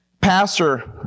Pastor